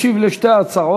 ישיב על שתי ההצעות